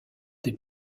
des